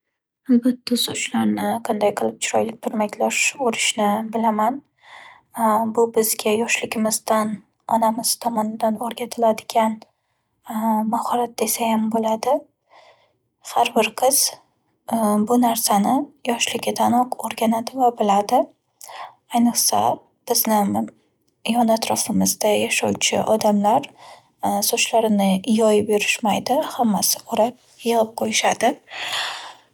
Albatta, sochlarni qanday qilib chiroyli turmaklash, o'rishni bilaman. bu bizga yoshligimizdan onamiz tomonidan o'rgatiladigan mahorat desayam bo'ladi. Har bir qiz bu narsani yoshligidanoq o'rganadi va biladi. Ayniqsa, bizni mam-yon atrofimizda yashovchi odamlar sochlarini yoyib yurishmaydi. Hammasi o'rib, yig'ib qo'yishadi.